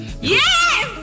Yes